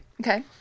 Okay